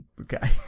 Okay